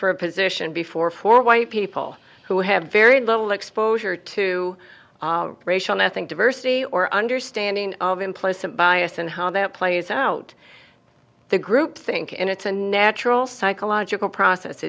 for a position before for white people who have very little exposure to racial nothing diversity or understanding of implicit bias and how that plays out the group think it's a natural psychological process